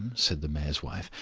said the mayor's wife,